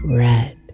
red